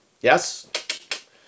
Yes